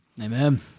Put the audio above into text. Amen